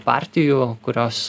partijų kurios